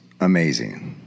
amazing